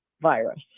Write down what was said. virus